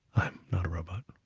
i'm not a robot.